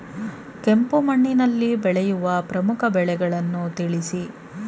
ಕೆಂಪು ಮಣ್ಣಿನಲ್ಲಿ ಬೆಳೆಯುವ ಪ್ರಮುಖ ಬೆಳೆಗಳನ್ನು ತಿಳಿಸಿ?